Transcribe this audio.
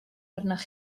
arnoch